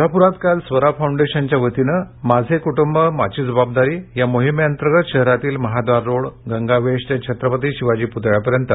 कोल्हापुरात काल स्वरा फौंडेशनच्या वतीनं माझे कुटुंब माझी जबाबदारी या मोहिमेतर्गत शहरातील महाद्वाररोड गंगावेश ते छत्रपती शिवाजी प्तळ्यापर्यत